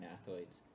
athletes